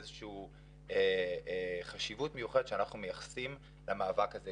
איזו שהיא חשיבות מיוחדת שאנחנו מייחסים למאבק הזה,